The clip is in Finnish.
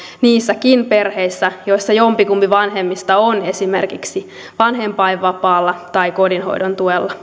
niissäkin perheissä joissa jompikumpi vanhemmista on esimerkiksi vanhempainvapaalla tai kotihoidon tuella